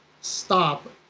stop